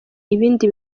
ibindi